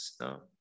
No